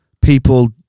people